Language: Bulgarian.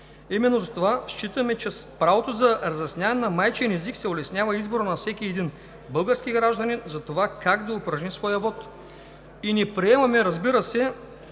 именно за това считаме, че с правото за разясняване на майчин език се улеснява изборът на всеки един български гражданин за това как да упражни своя вот. Не приемаме, разбира се,